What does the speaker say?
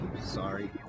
Sorry